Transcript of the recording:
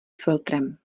filtrem